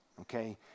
Okay